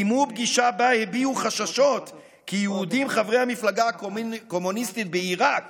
קיימו פגישה שבה הביעו חששות כי יהודים חברי המפלגה הקומוניסטית בעיראק